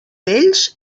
vells